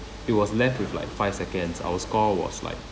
it was left with like five seconds our score was like